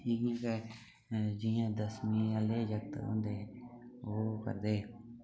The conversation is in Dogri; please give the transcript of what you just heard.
इ'यां गै जियां दसमी आह्ले जागत होंदे ओह् करदे